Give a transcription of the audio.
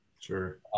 Sure